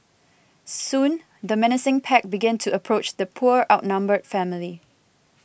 soon the menacing pack began to approach the poor outnumbered family